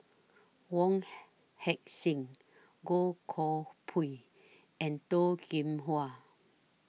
Wong Heck Sing Goh Koh Pui and Toh Kim Hwa